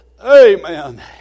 Amen